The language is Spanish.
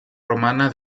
romana